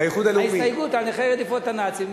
ההסתייגות על נכי רדיפות הנאצים.